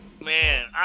Man